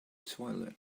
toilet